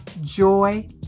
joy